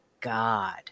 God